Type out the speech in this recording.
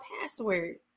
password